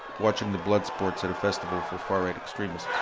watching the blood sports at a festival for far-right extremists.